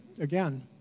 again